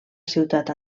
ciutat